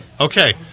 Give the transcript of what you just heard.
Okay